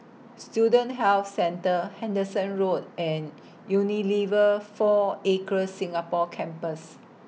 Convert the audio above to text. Student Health Centre Henderson Road and Unilever four Acres Singapore Campus